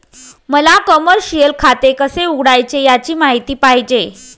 मला कमर्शिअल खाते कसे उघडायचे याची माहिती पाहिजे